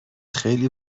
خیلی